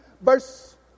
verse